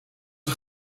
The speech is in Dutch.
een